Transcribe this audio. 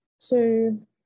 two